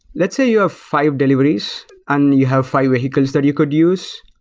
let's say you have five deliveries and you have five vehicles that you could use.